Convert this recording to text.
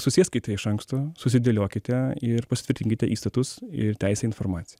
susėskite iš anksto susidėliokite ir pasitvirtinkite įstatus ir teisę į informaci